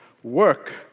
Work